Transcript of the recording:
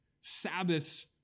Sabbaths